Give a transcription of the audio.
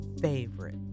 favorite